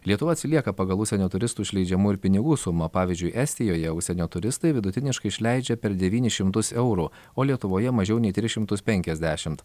lietuva atsilieka pagal užsienio turistų išleidžiamų ir pinigų sumą pavyzdžiui estijoje užsienio turistai vidutiniškai išleidžia per devynis eurų o lietuvoje mažiau nei tris šimtus penkiasdešimt